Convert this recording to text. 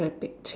very pek cek